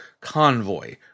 convoy